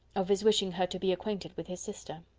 of his wishing her to be acquainted with his sister.